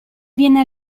viene